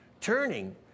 turning